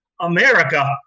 America